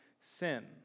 sin